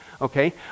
okay